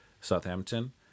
Southampton